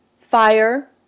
fire